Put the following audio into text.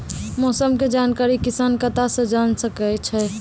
मौसम के जानकारी किसान कता सं जेन सके छै?